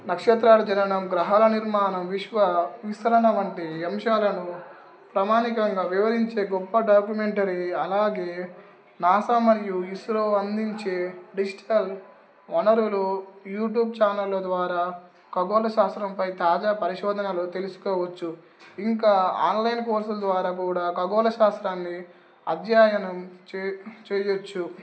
నక్షత్రాలు జననం గ్రహాల నిర్మాణం విశ్వ విశ్రణ వంటి అంశాలను ప్రమాణికంగా వివరించే గొప్ప డాక్యుమెంటరీ అలాగే నాసా మరియు ఇస్రో అందించే డిజిటల్ వనరులు యూట్యూబ్ ఛానళ్ల ద్వారా ఖగోళ శాస్త్రంపై తాజా పరిశోధనలు తెలుసుకోవచ్చు ఇంకా ఆన్లైన్ కోర్సుల ద్వారా కూడా ఖగోళ శాస్త్రాన్ని అధ్యయనం చేయవచ్చు